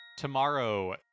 Tomorrow